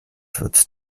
wird